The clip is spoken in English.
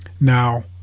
now